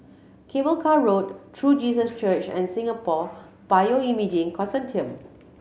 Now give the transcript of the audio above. Cable Car Road True Jesus Church and Singapore Bioimaging Consortium